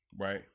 right